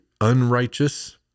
unrighteous